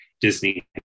Disney